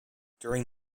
during